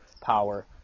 power